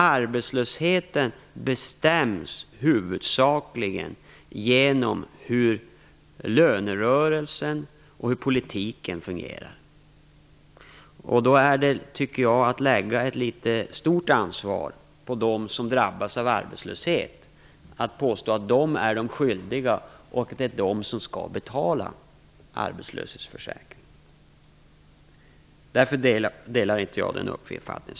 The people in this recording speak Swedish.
Arbetslösheten bestäms huvudsakligen av hur lönerörelsen och hur politiken fungerar. Då är det att lägga ett för stort ansvar på de som drabbas av arbetslöshet att påstå att det är de skyldiga och att det är de som skall betala arbetslöshetsförsäkringen. Därför delar jag inte den uppfattningen.